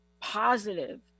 positive